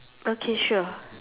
okay sure